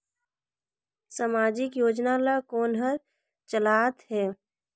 समाजिक योजना ला कोन हर चलाथ हे?